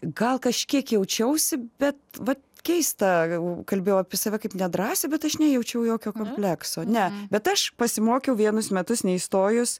gal kažkiek jaučiausi bet vat keista jau kalbėjau apie save kaip nedrąsiai bet aš nejaučiau jokio komplekso ne bet aš pasimokiau vienus metus neįstojus